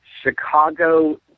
Chicago